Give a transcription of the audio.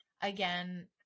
again